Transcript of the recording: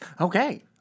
Okay